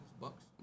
Bucks